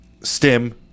stim